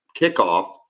kickoff